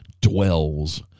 dwells